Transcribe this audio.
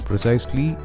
Precisely